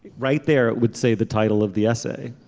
right there it would say the title of the essay